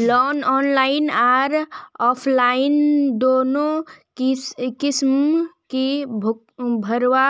loan online आर offline दोनों किसम के भरवा